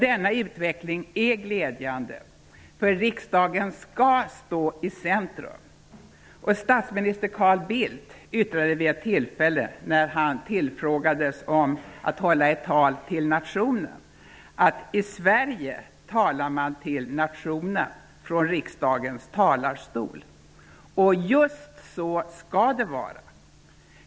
Denna utveckling är glädjande, riksdagen skall stå i centrum. Statsminister Carl Bildt yttrade vid ett tillfälle när han tillfrågades om att hålla ett tal till nationen: ''I Sverige talar man till nationen från riksdagens talarstol.'' Just så ska det vara!